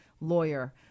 lawyer